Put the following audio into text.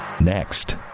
Next